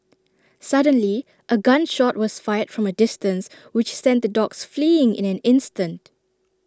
suddenly A gun shot was fired from A distance which sent the dogs fleeing in an instant